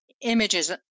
images